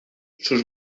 sus